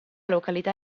località